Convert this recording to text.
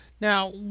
Now